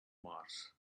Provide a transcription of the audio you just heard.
mars